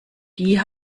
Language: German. die